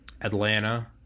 Atlanta